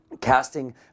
Casting